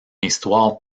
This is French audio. histoire